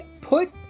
Put